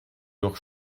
leur